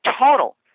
total